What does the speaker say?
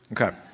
Okay